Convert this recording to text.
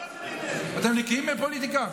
אתם נקיים מפוליטיקה?